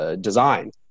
design